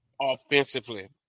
offensively